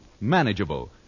manageable